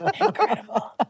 Incredible